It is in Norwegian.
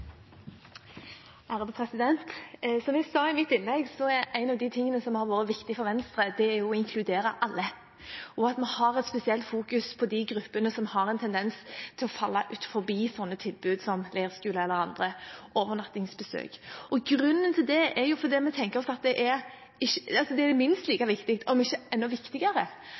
en av de tingene som har vært viktig for Venstre, å inkludere alle og at vi har et spesielt fokus på de gruppene som har en tendens til å falle utenfor tilbud som leirskole eller andre overnattingsbesøk. Grunnen til det er at vi tenker oss at det er